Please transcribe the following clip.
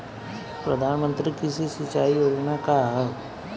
प्रधानमंत्री कृषि सिंचाई योजना का ह?